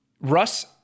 Russ